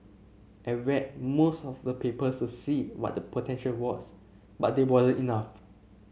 I read most of the papers to see what the potential was but they wasn't enough